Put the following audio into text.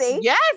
Yes